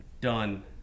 Done